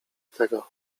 tego